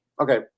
Okay